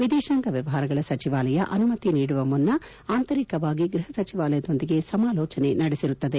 ವಿದೇಶಾಂಗ ವ್ಯವಹಾರಗಳ ಸಚಿವಾಲಯ ಅನುಮತಿ ನೀಡುವ ಮುನ್ನ ಆಂತರಿಕವಾಗಿ ಗೃಹ ಸಚಿವಾಲಯದೊಂದಿಗೆ ಸಮಾಲೋಚನೆ ನಡೆಸಿರುತ್ತದೆ